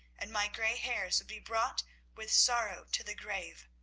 and my grey hairs would be brought with sorrow to the grave.